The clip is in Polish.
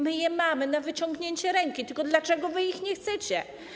My je mamy na wyciągnięcie ręki, tylko dlaczego wy ich nie chcecie?